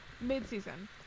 mid-season